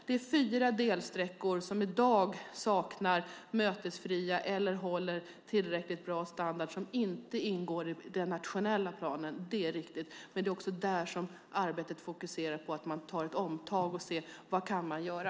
Att fyra delsträckor som inte är mötesfria och som inte håller tillräckligt bra standard i dag inte ingår i den nationella planen är riktigt. Men det är också där man fokuserar på att ta ett omtag för att se vad man kan göra.